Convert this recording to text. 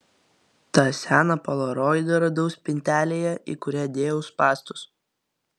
tą seną polaroidą radau spintelėje į kurią dėjau spąstus